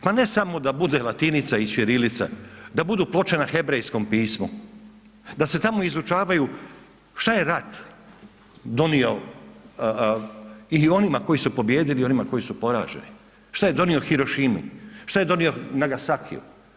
Pa ne samo da bude latinica i ćirilica, da budu ploče na hebrejskom pismu, da se tamo izučavaju, šta je rat donio i onima koji su pobijedili i onima koji su poraženi, šta je donio Hirošimi, šta je donio Nagasakiju?